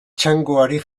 txangoari